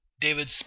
David